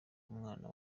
umwana